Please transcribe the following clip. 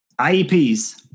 IEPs